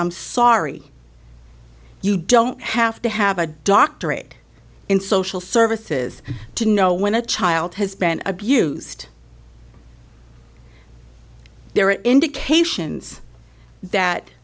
i'm sorry you don't have to have a doctorate in social services to know when a child has been abused there are indications that